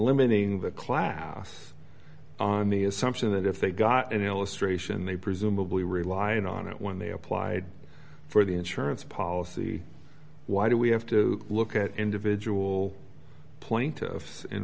eliminating the class on the assumption that if they got an illustration they presumably relied on it when they applied for the insurance policy why do we have to look at individual pl